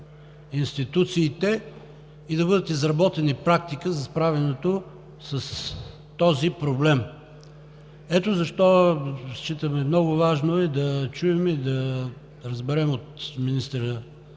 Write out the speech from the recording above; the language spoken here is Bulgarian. институциите и да бъдат изработени практики за справянето с този проблем. Ето защо считаме, много важно е да чуем и да разберем от министъра,